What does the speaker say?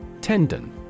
Tendon